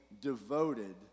devoted